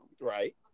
Right